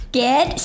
get